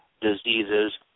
diseases